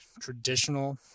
traditional